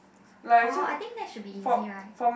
oh I think that should be easy right